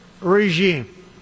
regime